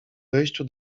wejściu